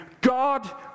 God